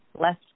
less